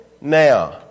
now